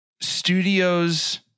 studios